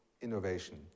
innovation